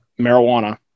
marijuana